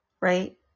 Right